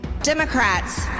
Democrats